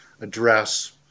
address